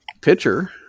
pitcher